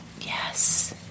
Yes